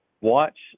watch